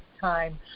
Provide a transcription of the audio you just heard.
time